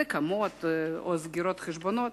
נקמה או סגירת חשבונות,